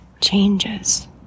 changes